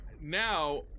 Now